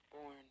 born